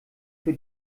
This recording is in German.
für